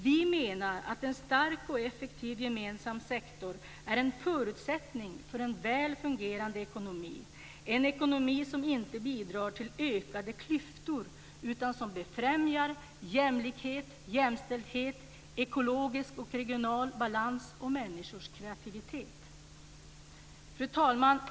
Vi menar att en stark och effektiv gemensam sektor är en förutsättning för en väl fungerande ekonomi - en ekonomi som inte bidrar till ökade klyftor utan som befrämjar jämlikhet, jämställdhet, ekologisk och regional balans och människors kreativitet. Fru talman!